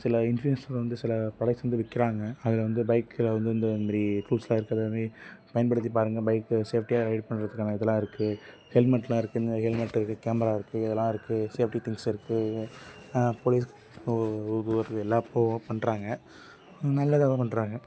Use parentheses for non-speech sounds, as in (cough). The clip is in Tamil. சில இன்ஃப்லுயன்ஸர் வந்து சில பழைசு வந்து விற்கிறாங்க அதுல வந்து பைக்கில வந்து இந்த மாரி க்ளுஸாக இருக்கதை மே பயன்படுத்தி பாருங்கள் பைக்கு சேஃப்டியாக ரைடு பண்ணுறத்துக்கான இதெல்லாம் இருக்கு ஹெல்மெட்லாம் இருக்கு இந்த ஹெல்மெட் இருக்கு கேமரா இருக்கு இதுல்லாம் இருக்கு சேஃப்டி திங்க்ஸ் இருக்கு போலீஸ் ஓ (unintelligible) எல்லா போக பண்ணுறாங்க நல்லதாக தான் பண்ணுறாங்க